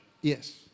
Yes